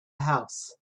house